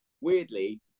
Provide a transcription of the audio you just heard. Weirdly